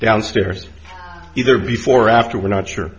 downstairs either before or after we're not sure